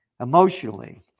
Emotionally